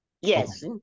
yes